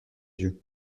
yeux